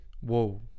whoa